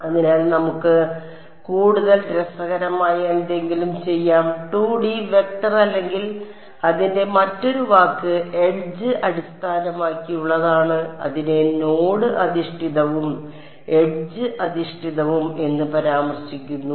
അതിനാൽ നമുക്ക് കൂടുതൽ രസകരമായ എന്തെങ്കിലും ചെയ്യാം 2D വെക്റ്റർ അല്ലെങ്കിൽ അതിന്റെ മറ്റൊരു വാക്ക് എഡ്ജ് അടിസ്ഥാനമാക്കിയുള്ളതാണ് അതിനെ നോഡ് അധിഷ്ഠിതവും എഡ്ജ് അധിഷ്ഠിതവും എന്ന് പരാമർശിക്കുന്നു